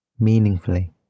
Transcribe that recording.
meaningfully